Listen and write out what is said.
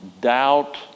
doubt